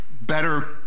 better